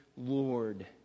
Lord